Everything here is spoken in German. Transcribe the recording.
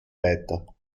weiter